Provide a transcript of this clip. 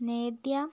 Nedya